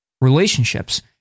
relationships